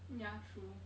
yeah true